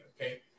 Okay